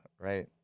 right